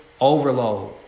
overload